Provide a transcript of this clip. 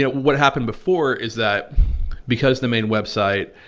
yeah what happened before is that because the main website,